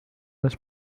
was